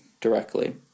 directly